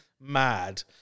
mad